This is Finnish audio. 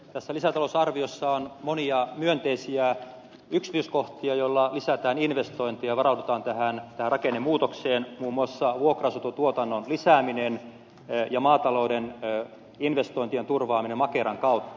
tässä lisätalousarviossa on monia myönteisiä yksityiskohtia joilla lisätään investointeja ja varaudutaan tähän rakennemuutokseen muun muassa vuokra asuntotuotannon lisääminen ja maatalouden investointien turvaaminen makeran kautta